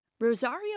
Rosario